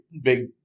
big